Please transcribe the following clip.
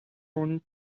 own